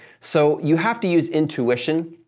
so, you have to use intuition.